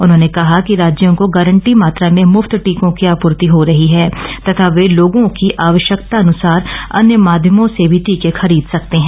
उन्होंने कहा कि राज्यों को गारंटी मात्रा में मुफ्त टीकों की आपूर्ति हो रही है तथा वे लोगों की आवश्यकता अनुसार अन्य माध्यमों से भी टीके खरीद सकते हैं